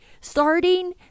Starting